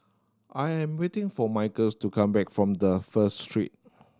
I am waiting for Michael's to come back from the First Street